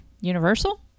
Universal